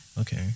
okay